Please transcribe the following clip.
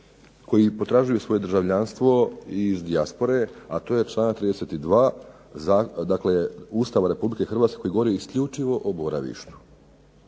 koji potražuju svoje državljanstvo iz dijaspore, a to je članak 32. dakle Ustava Republike Hrvatske koji govori isključivo o boravištu,